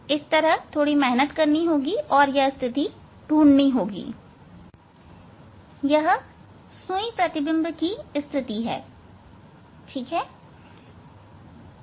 देखिए यह वास्तव में है हां यह सुई प्रतिबिंब की स्थिति है